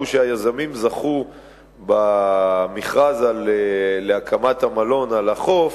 שהיזמים זכו במכרז להקמת המלון על החוף